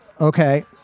Okay